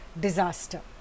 disaster